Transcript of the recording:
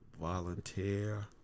volunteer